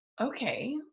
okay